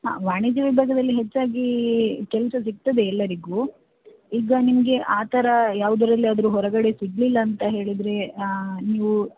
ಹಾಂ ವಾಣಿಜ್ಯ ವಿಭಾಗದಲ್ಲಿ ಹೆಚ್ಚಾಗಿ ಕೆಲಸ ಸಿಗ್ತದೆ ಎಲ್ಲರಿಗೂ ಈಗ ನಿಮಗೆ ಆ ಥರ ಯಾವ್ದ್ರಲ್ಲಾದರೂ ಹೊರಗಡೆ ಸಿಗಲಿಲ್ಲಾಂತ ಹೇಳಿದರೆ ನೀವು